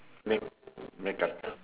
make~ makeup